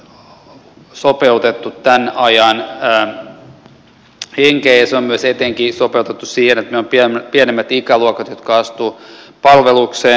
se on sopeutettu tämän ajan henkeen ja se on myös sopeutettu siihen että meillä on pienemmät ikäluokat jotka astuvat palvelukseen